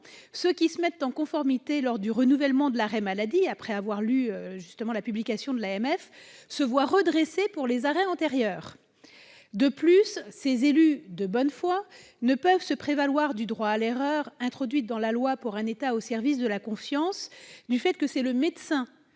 ceux qui se mettent en conformité lors du renouvellement de l'arrêt maladie après avoir lu cette publication se voient redressés pour les arrêts antérieurs. Ces élus de bonne foi ne peuvent se prévaloir du droit à l'erreur introduite dans la loi pour un État au service d'une société de confiance, car c'est le médecin